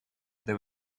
there